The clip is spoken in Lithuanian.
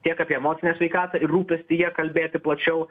tiek apie emocinę sveikatą ir rūpestį ja kalbėti plačiau